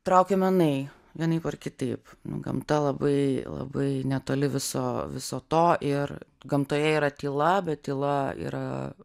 traukia menai vienaip ar kitaip nu gamta labai labai netoli viso viso to ir gamtoje yra tyla bet tyla yra